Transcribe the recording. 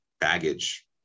baggage